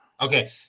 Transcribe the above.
okay